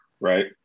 right